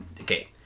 Okay